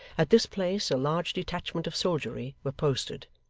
at this place a large detachment of soldiery were posted,